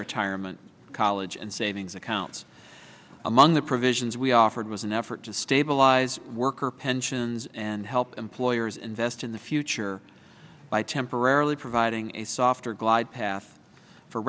retirement college and savings accounts among the provisions we offered was an effort to stabilize worker pensions and help employers invest in the future by temporarily providing a softer glide path for